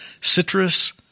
citrus